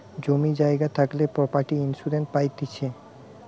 জমি জায়গা থাকলে প্রপার্টি ইন্সুরেন্স পাইতিছে